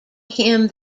him